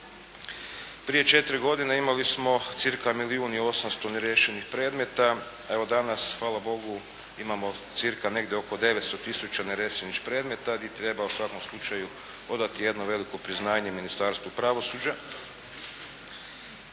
prije 4 godine imali smo cca milijun i 800 ne riješenih predmeta, evo danas hvala Bogu, imamo cca negdje oko 900 tisuća neriješenih predmeta, gdje treba u svakom slučaju odati jedno veliko priznanje Ministarstvu pravosuđa.